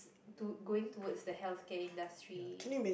to going towards the healthcare industry